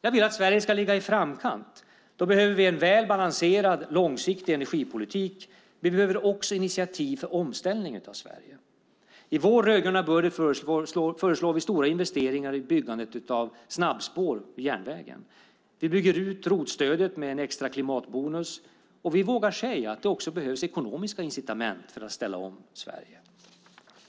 Jag vill att Sverige ska ligga i framkant. Då behöver vi en väl balanserad, långsiktig energipolitik. Vi behöver också initiativ för omställning av Sverige. I vår rödgröna budget föreslår vi stora investeringar i byggandet av snabbspår vid järnvägen. Vi bygger ut ROT-stödet med en extra klimatbonus, och vi vågar säga att det också behövs ekonomiska incitament för att ställa om Sverige.